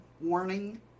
warning